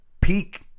peak